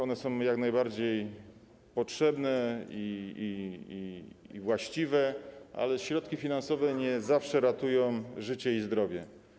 One są jak najbardziej potrzebne i właściwe, ale środki finansowe nie zawsze ratują życie i zdrowie.